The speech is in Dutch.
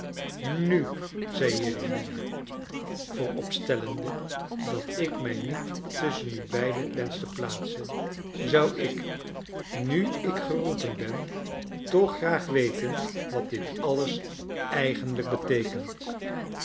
nu zei jeremia vooropstellende dat ik mij niet tusschen u beiden wensch te plaatsen zou ik nr ik geroepen ben toch graag weten wat dit alles eigenlijk beteekent